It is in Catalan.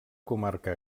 comarca